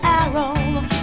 arrow